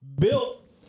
built